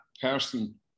person